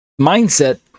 mindset